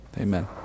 amen